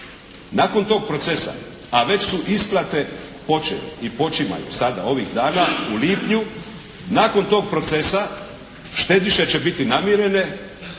Nakon tog procesa, a već su isplate počele i počimaju sada ovih dana u lipnju, nakon tog procesa, štediše će biti namirene,